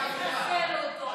אל תחסל אותו.